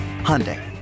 Hyundai